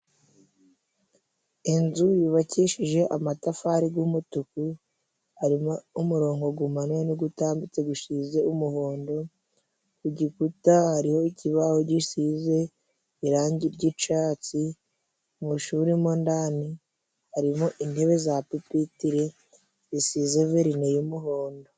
Inzu yubakishije amatafari g'umutuku, harimo umurongo gumanuye n'ugutambitse, gusize umuhondo ku gikuta. Hariho ikibaho gisize irangi ry'icatsi, mu ishuri mo ndani harimo intebe za pipiteri zisize verine y'umuhondo.